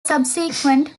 subsequent